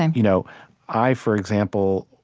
and you know i, for example,